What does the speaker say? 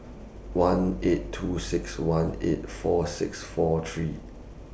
one eight two six one eight four six four three